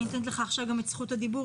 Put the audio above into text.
אני גם נותנת לך עכשיו את זכות הדיבור,